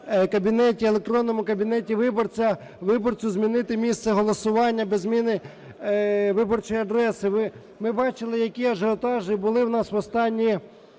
електронному кабінеті виборця виборцю змінити місце голосування без зміни виборчої адреси. Ми бачили, які ажіотажі були в нас в останні